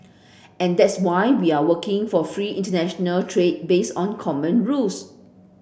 and that's why we are working for free international trade based on common rules